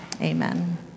Amen